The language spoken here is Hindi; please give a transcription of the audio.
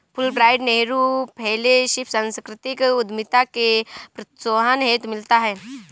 फुलब्राइट नेहरू फैलोशिप सांस्कृतिक उद्यमिता के प्रोत्साहन हेतु मिलता है